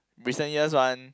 recent years one